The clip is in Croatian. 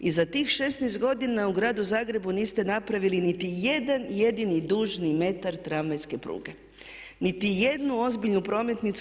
I za tih 16 godina u gradu Zagrebu niste napravili niti jedan jedini dužni metar tramvajske pruge, niti jednu ozbiljnu prometnicu.